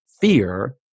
fear